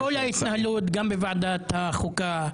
כל ההתנהלות, גם בוועדת החוקה,